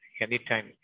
anytime